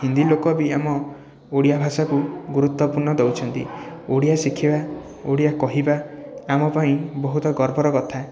ହିନ୍ଦୀ ଲୋକ ବି ଆମ ଓଡ଼ିଆ ଭାଷାକୁ ଗୁରୁତ୍ୱପୂର୍ଣ୍ଣ ଦେଉଛନ୍ତି ଓଡ଼ିଆ ଶିଖିବା ଓଡ଼ିଆ କହିବା ଆମ ପାଇଁ ବହୁତ ଗର୍ବର କଥା